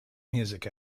music